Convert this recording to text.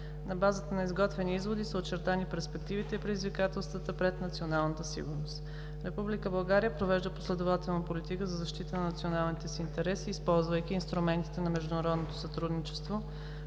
На базата на изготвени изводи са очертани перспективите и предизвикателствата пред националната сигурност. Република България провежда последователна политика за защита на националните си интереси, използвайки инструментите на международното сътрудничество,